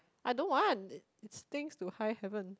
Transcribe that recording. I don't want things to high heaven